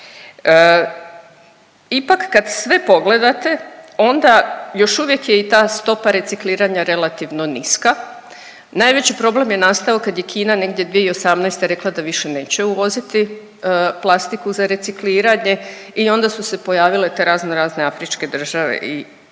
Ipak kad sve pogledate onda još uvijek je i ta stopa recikliranja relativno niska. Najveći problem je nastao kad je Kina negdje 2018. rekla da više neće uvoziti plastiku za recikliranje i onda su se pojavile te raznorazne afričke države itd..